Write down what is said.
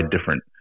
different